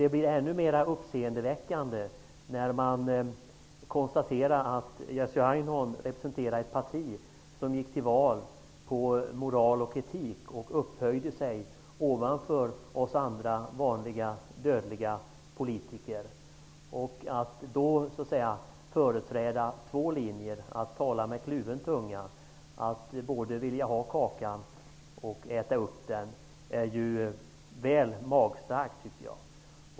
Det blir ännu mer uppseendeväckande när man konstaterar att Jerzy Einhorn representerar ett parti som gick till val på moral och etik och upphöjde sig ovanför oss andra vanliga dödliga politiker. Att då företräda två linjer, att tala med kluven tunga, att både vilja ha kakan och äta den, tycker jag är väl magstarkt.